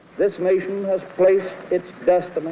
this nation has placed its destiny